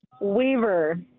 Weaver